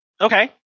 Okay